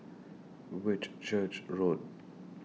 Whitchurch Road